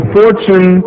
fortune